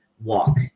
walk